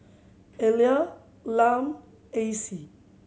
Elia Lum Acie